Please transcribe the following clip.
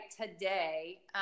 today